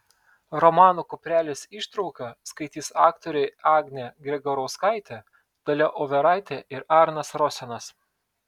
romano kuprelis ištrauką skaitys aktoriai agnė gregorauskaitė dalia overaitė ir arnas rosenas